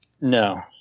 No